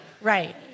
Right